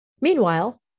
meanwhile